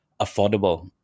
affordable